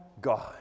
God